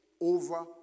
over